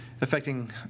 affecting